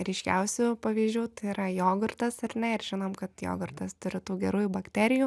ryškiausių pavyzdžių tai yra jogurtas ar ne ir žinom kad jogurtas turi tų gerųjų bakterijų